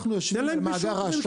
אנחנו יושבים במאגר האשראי.